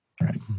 Right